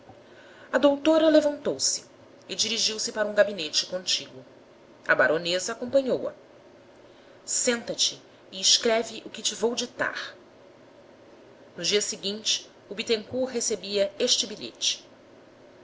a doutora levantou-se e dirigiu-se para um gabinete contíguo a baronesa acompanhou-a senta-te e escreve o te vou ditar no dia seguinte o bittencourt recebia este bilhete